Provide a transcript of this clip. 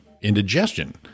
indigestion